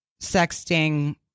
sexting